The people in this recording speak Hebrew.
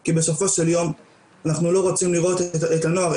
כי בסופו של יום אנחנו לא רוצים לראות את הנוער,